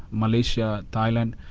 malaysia, thailand,